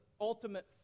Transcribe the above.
ultimate